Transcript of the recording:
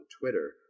Twitter